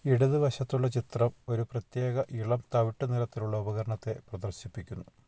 ഇടതുവശത്തുള്ള ചിത്രം ഒരു പ്രത്യേക ഇളം തവിട്ട് നിറത്തിലുള്ള ഉപകരണത്തെ പ്രദർശിപ്പിക്കുന്നു